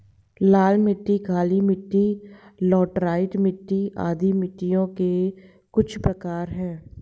लाल मिट्टी, काली मिटटी, लैटराइट मिट्टी आदि मिट्टियों के कुछ प्रकार है